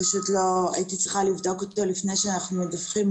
הייתי צריכה לבדוק אותו לפני שאנחנו מדווחים.